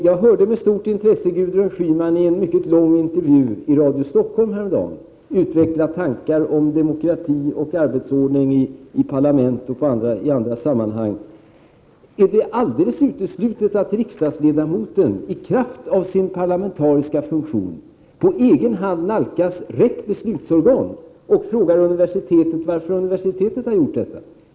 Jag hörde med stort intresse Gudrun Schyman i en intervju i Radio Stockholm häromdagen utveckla tankar om demokrati och arbetsordning i parlamentet och i andra sammanhang. Är det alldeles uteslutet att en riksdagsledamot i kraft av sin parlamentariska funktion på egen hand nalkas rätt beslutsorgan och direkt frågar universitetet, varför man har gjort som man gjort?